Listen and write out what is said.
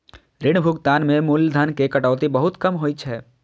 ऋण भुगतान मे मूलधन के कटौती बहुत कम होइ छै